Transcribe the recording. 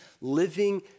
living